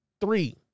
three